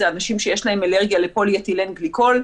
אלה אנשים שיש להם אלרגיה לפוליאתילן גליקול,